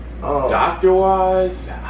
Doctor-wise